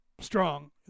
Strong